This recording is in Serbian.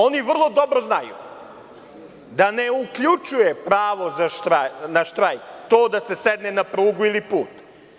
Oni vrlo dobro znaju da ne uključuje pravo na štrajk to da se sedne na prugu ili put.